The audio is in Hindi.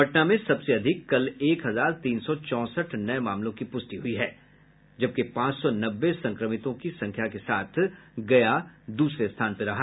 पटना में सबसे अधिक कल एक हजार तीन सौ चौंसठ नये मामलों की पुष्टि हुई है जबकि पांच सौ नब्बे संक्रमितों की संख्या के साथ गया दूसरे स्थान पर रहा